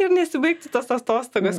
ir nesibaigtų tos atostogos